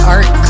Art